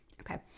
okay